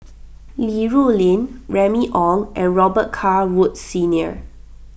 Li Rulin Remy Ong and Robet Carr Woods Senior